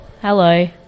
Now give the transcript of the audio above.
Hello